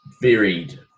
varied